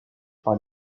par